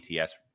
ATS